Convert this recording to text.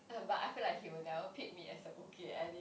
um but I feel like he will never pick me as an okay anymore